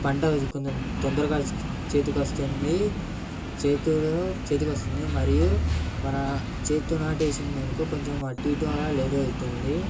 పంట కొందరు తొందరగా చేతికి వస్తుంది చేతుల్లో చేతికి వస్తుంది మరియు మన చేతి నాటు వేసింది అనుకో కొంచెం అటు ఇటుగా లేట్ అవుతుంది